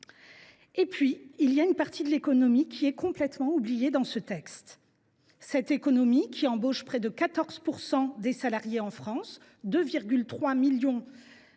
Et puis, il y a une partie de l’économie qui est complètement oubliée. Cette économie qui emploie près de 14 % des salariés en France 2,3 millions de salariés,